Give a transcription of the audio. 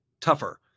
tougher